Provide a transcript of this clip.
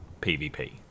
pvp